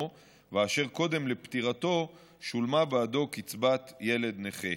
ואשר קודם לפטירתו שולמה בעדו קצבת ילד נכה.